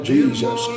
Jesus